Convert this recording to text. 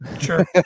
Sure